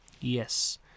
Yes